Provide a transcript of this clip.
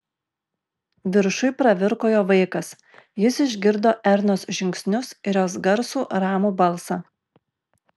viršuj pravirko jo vaikas jis išgirdo ernos žingsnius ir jos garsų ramų balsą